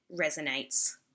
resonates